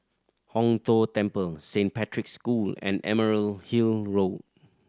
Hong Tho Temple Saint Patrick's School and Emerald Hill Road